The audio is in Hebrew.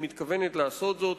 והיא מתכוונת לעשות זאת,